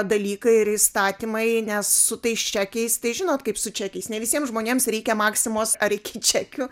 dalykai ir įstatymai nes su tais čekiais tai žinot kaip su čekiais ne visiems žmonėms reikia maximos ar iki čekių